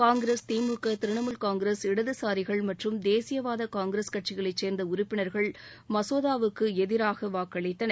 Congress DMK Trinamool Congress இடதுசாரிகள் மற்றும் தேசியவாதகாங்கிரஸ் கட்சிகளைச் சேர்ந்தஉறுப்பினர்கள் மசோதாவுக்குஎதிராகவாக்களித்தனர்